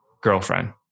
girlfriend